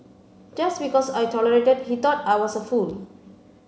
just because I tolerated he thought I was a fool